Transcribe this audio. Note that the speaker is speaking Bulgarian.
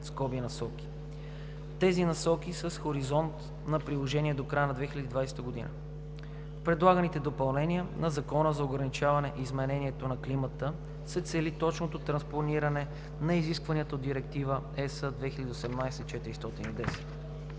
Тези Насоки са с хоризонт на приложение до края на 2020 г. С предлаганите допълнения на Закона за ограничаване изменението на климата се цели точното транспониране на изискванията от Директива (ЕС) 2018/410.